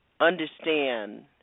understand